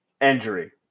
injury